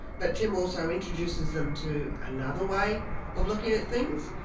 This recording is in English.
but tim also introduces them to another way of looking at things,